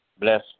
Bless